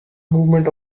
movement